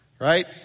Right